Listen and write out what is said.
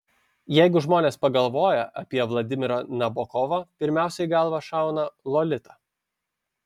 jeigu žmonės pagalvoja apie vladimirą nabokovą pirmiausia į galvą šauna lolita